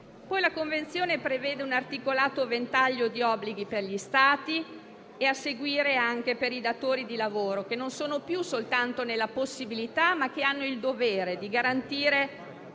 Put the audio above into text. La Convenzione, inoltre, prevede un articolato ventaglio di obblighi per gli Stati e, a seguire, anche per i datori di lavoro, che non sono più soltanto nella possibilità ma hanno il dovere di garantire